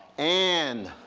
and